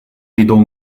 bidon